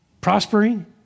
prospering